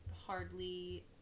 hardly